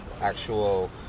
actual